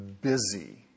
busy